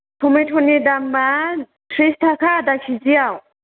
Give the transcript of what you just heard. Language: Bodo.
टमेट'नि दामा थ्रिस थाखा आधा केजियाव